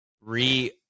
re